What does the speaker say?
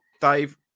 Dave